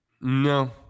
No